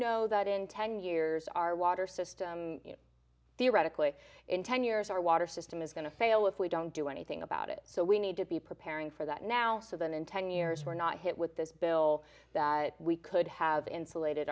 know that in ten years our water system theoretically in ten years our water system is going to fail if we don't do anything about it so we need to be preparing for that now so then in ten years we're not hit with this bill busy that we could have insulated